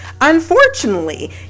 unfortunately